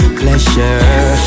pleasure